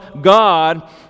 God